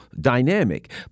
dynamic